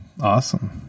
Awesome